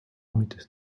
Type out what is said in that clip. mit